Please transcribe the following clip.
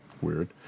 weird